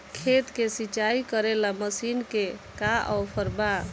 खेत के सिंचाई करेला मशीन के का ऑफर बा?